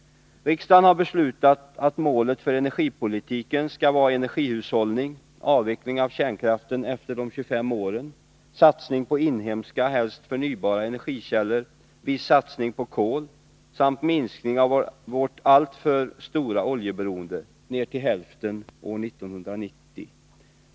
Riksdagen har beslutat att målet för energipolitiken skall vara energihus hållning, avveckling av kärnkraften efter de 25 åren, satsning på inhemska — helst förnybara — energikällor, viss satsning på kol samt en halvering av vårt stora oljeberoende till år 1990.